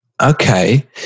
Okay